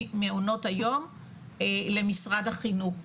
ממעונות היום למשרד החינוך.